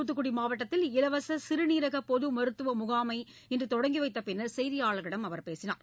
தூத்துக்குடி மாவட்டம் இலவச சிறுநீரக பொது மருத்துவ முகாமை இன்று தொடங்கி வைத்த பின்னர் செய்தியாளர்களிடம் அவர் பேசினார்